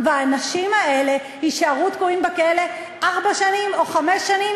והאנשים האלה יישארו תקועים בכלא ארבע שנים או חמש שנים,